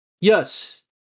Yes